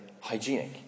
hygienic